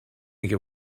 you